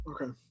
okay